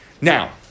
Now